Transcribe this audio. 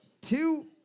two